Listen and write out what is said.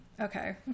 Okay